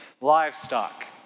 livestock